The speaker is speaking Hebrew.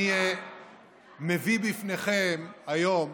אני מביא בפניכם היום